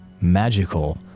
magical